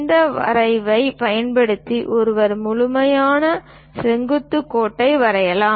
இந்த வரைவைப் பயன்படுத்தி ஒருவர் முழுமையான செங்குத்து கோடுகளை வரையலாம்